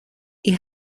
ich